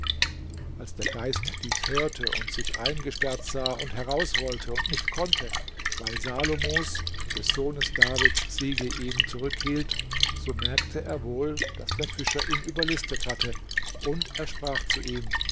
als der geist dies hörte und sich eingesperrt sah und heraus wollte und nicht konnte weil salomos des sohnes davids siegel ihn zurückhielt so merkte er wohl daß der fischer ihn überlistet hatte und er sprach zu ihm